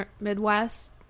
Midwest